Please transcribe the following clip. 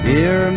Dear